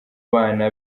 bana